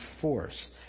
force